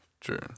True